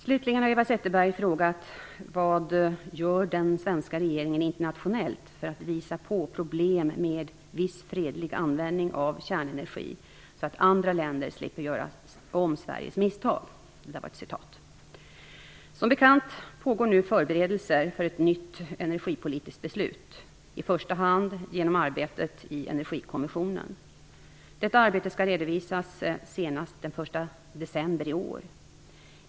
Slutligen har Eva Zetterberg frågat: "Vad gör den svenska regeringen internationellt för att visa på problem med viss fredlig användning av kärnenergin, så att andra länder slipper göra om Sveriges misstag?" Som bekant pågår nu förberedelser för ett nytt energipolitiskt beslut, i första hand genom arbetet i energikommissionen. Detta arbete skall redovisas senast den 1 december i år.